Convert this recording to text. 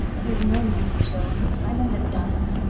there is no need, phil. i'm in the dust.